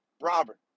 Robert